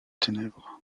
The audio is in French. ténèbres